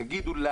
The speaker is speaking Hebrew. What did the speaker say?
תגידו לנו,